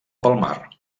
palmar